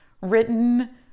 written